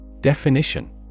Definition